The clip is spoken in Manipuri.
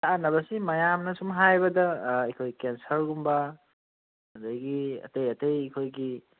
ꯀꯥꯅꯕꯁꯤ ꯃꯌꯥꯝꯅ ꯁꯨꯝ ꯍꯥꯏꯕꯗ ꯑꯩꯈꯣꯏ ꯀꯦꯟꯁꯔꯒꯨꯝꯕ ꯑꯗꯒꯤ ꯑꯇꯩ ꯑꯇꯩ ꯑꯩꯈꯣꯏꯒꯤ